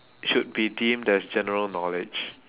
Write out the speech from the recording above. should be deemed as general knowledge